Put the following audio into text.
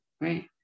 Right